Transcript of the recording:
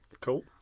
Cool